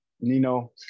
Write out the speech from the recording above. Nino